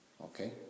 Okay